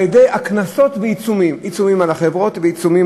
על-ידי קנסות ועיצומים: עיצומים על חברות ועיצומים